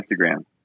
Instagram